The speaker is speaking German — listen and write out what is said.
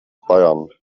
bayern